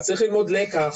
אז צריך ללמוד לקח